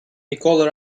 nicole